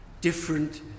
different